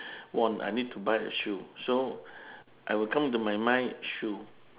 one I need to buy a shoe so I will come into my mind shoe